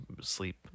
sleep